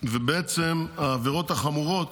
ובעצם העבירות החמורות,